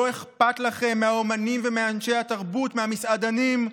לא אכפת לכם מהאומנים ומאנשי התרבות, מהמסעדנים.